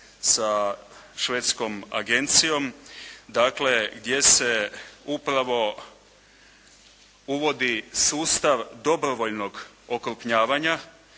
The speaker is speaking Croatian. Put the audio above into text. sa švedskom agencijom. Dakle, gdje se upravo uvodi sustav dobrovoljnog okrupnjavanja